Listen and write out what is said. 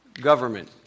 government